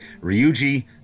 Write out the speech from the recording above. Ryuji